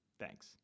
Thanks